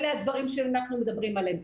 אלה הדברים שאנחנו מדברים עליהם.